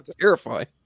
terrifying